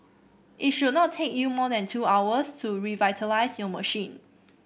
it should not take you more than two hours to revitalise your machine